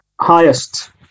highest